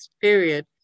period